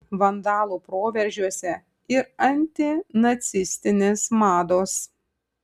vandalų proveržiuose ir antinacistinės mados